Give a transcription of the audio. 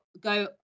go